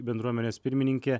bendruomenės pirmininkė